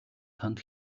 танд